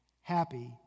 happy